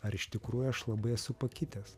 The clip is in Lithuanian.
ar iš tikrųjų aš labai esu pakitęs